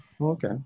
Okay